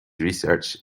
research